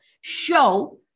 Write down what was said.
show